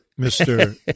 Mr